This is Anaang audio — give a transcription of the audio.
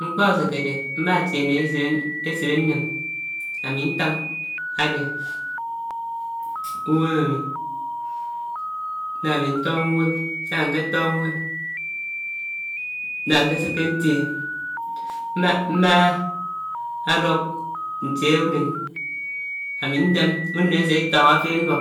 Mkpó ásékédé mmá tié n ésit, ésit ánném ámi ntáng ádé úwém ámi, ná ámi ntóngó uwém nká nké tóngó uwém ná nkéséké ntié, má duk itiè unén ámi nám unén àse tónhó áfid ánduók